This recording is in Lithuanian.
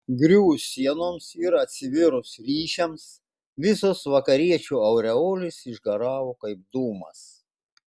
griuvus sienoms ir atsivėrus ryšiams visos vakariečių aureolės išgaravo kaip dūmas